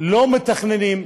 לא מתכננות,